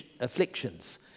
afflictions